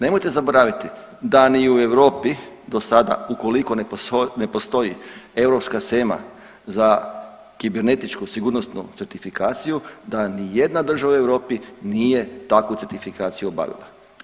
Nemojte zaboraviti da ni u Europi dosada ukoliko ne postoji europska shema za kibernetičku sigurnosnu certifikaciju da ni jedna država u Europi nije takvu certifikaciju obavila.